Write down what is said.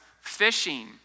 fishing